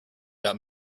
about